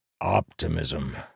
Optimism